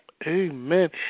Amen